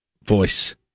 Voice